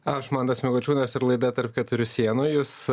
aš mantas mikočiūnas ir laida tarp keturių sienų jus